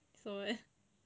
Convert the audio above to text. so what